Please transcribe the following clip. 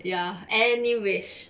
ya anyways